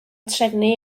trefnu